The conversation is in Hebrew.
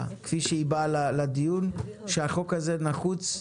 כפי שהיא באה לדיון היא שהחוק הזה נחוץ,